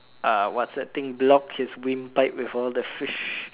uh what's that thing block his windpipe with all the fish